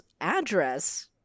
address